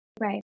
Right